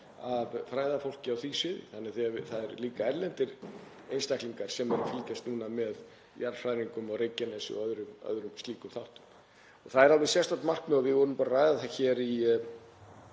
af fræðafólki á því sviði þannig að það eru líka erlendir einstaklingar sem fylgjast núna með jarðhræringum á Reykjanesskaga og öðrum slíkum þáttum. Það er alveg sérstakt markmið og við vorum að ræða á